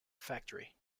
factory